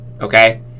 okay